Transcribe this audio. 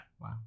Wow